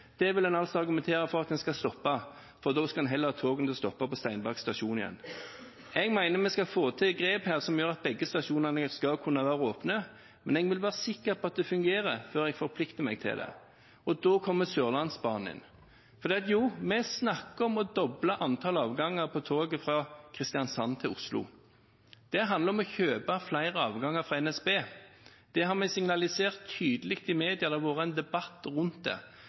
suksess, vil en altså argumentere for at en skal stoppe, for da skal en heller ha togene til å stoppe på Steinberg stasjon igjen. Jeg mener vi skal få til grep her som gjør at begge stasjonene skal kunne være åpne, men jeg vil være sikker på at det fungerer før jeg forplikter meg til det. Og da kommer Sørlandsbanen inn. For jo, vi snakker om å doble antall avganger på toget fra Kristiansand til Oslo. Det handler om å kjøpe flere avganger fra NSB. Det har vi signalisert tydelig i media; det har vært en debatt rundt det.